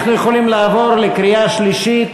אנחנו יכולים לעבור לקריאה שלישית.